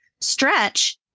stretch